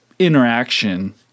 interaction